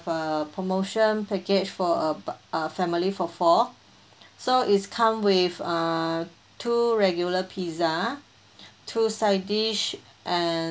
a promotion package for a buck a family for four so it's come with uh two regular pizza two side dish and